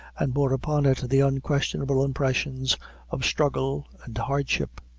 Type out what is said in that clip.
and bore upon it the unquestionable impressions of struggle and hardship.